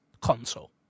console